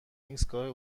ایستگاه